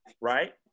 right